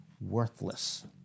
worthless